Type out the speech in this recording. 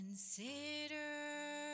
Consider